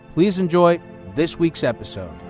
please enjoy this week's episode.